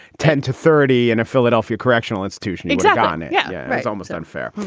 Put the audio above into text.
ten to thirty in a philadelphia correctional institution exact on it, yeah yeah that's almost unfair.